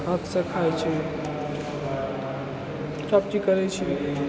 हाथसँ खाइ छी सभचीज करै छी